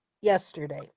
yesterday